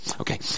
Okay